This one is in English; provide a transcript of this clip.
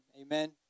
Amen